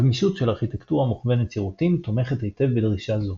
הגמישות של ארכיטקטורה מוכוונת שירותים תומכת היטב בדרישה זו.